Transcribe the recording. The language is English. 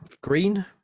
green